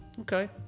okay